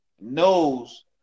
knows